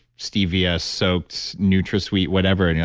stevia soaked nutrasweet whatever.